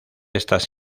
estas